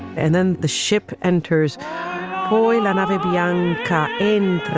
and then the ship enters poison ivy beyong car in